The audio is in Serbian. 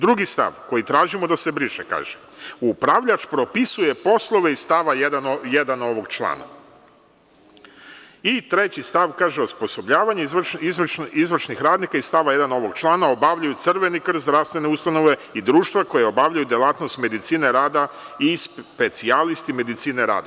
Drugi stav koji tražimo da se briše, kaže - upravljač propisuje poslove iz stava 1. ovog člana i treći stav kaže - osposobljavanje izvršnih radnika iz stava 1. ovog člana, obavljaju „Crveni krst“, zdravstvene ustanove i društva koja obavljaju delatnost medicine rada i specijalisti medicine rada.